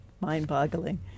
mind-boggling